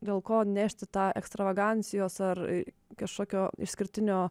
dėl ko nešti tą ekstravagancijos ar kažkokio išskirtinio